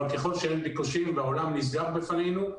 אבל ככל שאין ביקושים והעולם נסגר בפנינו,